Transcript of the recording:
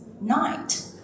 night